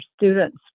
students